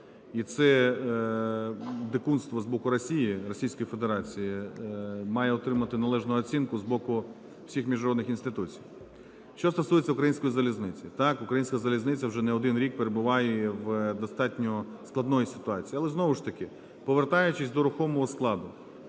І це дикунство з боку Росії, Російської Федерації має отримати належну оцінку з боку всіх міжнародних інституцій. Що стосується "Української залізниці", так, "Українська залізниця" вже не один рік перебуває в достатньо складній ситуації. Але, знову ж таки, повертаючись до рухомого складу,